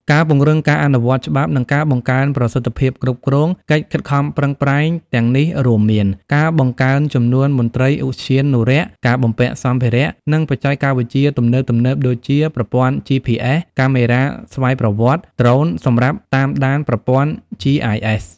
ការពង្រឹងការអនុវត្តច្បាប់ និងការបង្កើនប្រសិទ្ធភាពគ្រប់គ្រង កិច្ចខិតខំប្រឹងប្រែងទាំងនេះរួមមាន ការបង្កើនចំនួនមន្ត្រីឧទ្យានុរក្ស ការបំពាក់សម្ភារៈ និងបច្ចេកវិទ្យាទំនើបៗដូចជា ប្រព័ន្ធ GPS កាមេរ៉ាស្វ័យប្រវត្តិ ដ្រូនសម្រាប់តាមដាន ប្រព័ន្ធ GIS។